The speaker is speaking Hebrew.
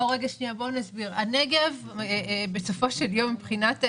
בנגב, מבחינת האיזורים,